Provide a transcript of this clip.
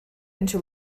into